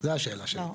זו השאלה שלי.